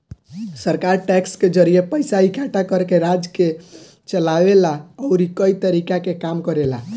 सरकार टैक्स के जरिए पइसा इकट्ठा करके राज्य के चलावे ला अउरी कई तरीका के काम करेला